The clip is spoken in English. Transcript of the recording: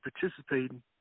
participating